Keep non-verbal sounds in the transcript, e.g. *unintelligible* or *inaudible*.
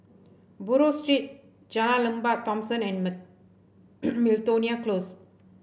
Buroh Street Jalan Lembah Thomson and *unintelligible* *noise* Miltonia Close